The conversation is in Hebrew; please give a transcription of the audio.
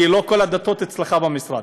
כי לא כל הדתות אצלך במשרד.